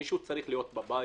מישהו צריך להיות בבית.